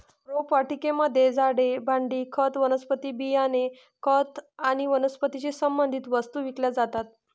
रोपवाटिकेमध्ये झाडे, भांडी, खत, वनस्पती बियाणे, खत आणि वनस्पतीशी संबंधित वस्तू विकल्या जातात